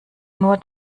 nur